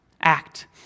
act